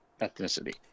ethnicity